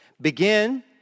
begin